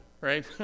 right